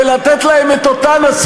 תעביר את הקרקע מהמשולש ונעבור יחד,